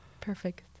Perfect